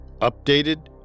updated